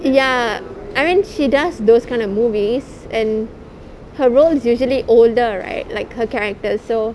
ya I mean she does those kind of movies and her role is usually older right like her character so